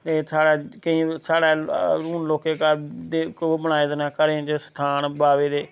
एह् साढ़े केईं साढ़ै हुन लोकें घर दे ओह् बनाए दे न घरें च स्थान बावे दे